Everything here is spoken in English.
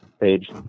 page